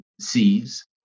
sees